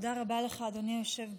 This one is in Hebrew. תודה רבה לך, אדוני היושב-ראש.